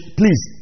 please